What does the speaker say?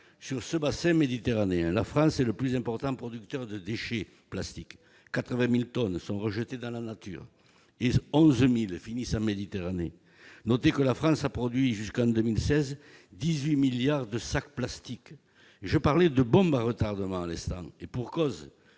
Sur ce bassin méditerranéen, la France est le plus important producteur de déchets plastiques : 80 000 tonnes sont rejetées dans la nature et 11 000 finissent en Méditerranée. Notez que la France a produit, jusqu'en 2016, 18 milliards de sacs en plastique ! À l'instant, je parlais de bombe à retardement. Et pour cause